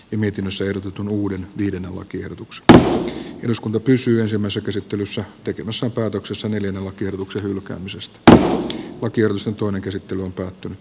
mietinnössä ehdotetun uuden viiden lakiehdotuksesta eduskunta pysyä samassa käsittelyssä tekemässä päätöksessä nyt voidaan hyväksyä tai alkioissa toinen käsittely on päättynyt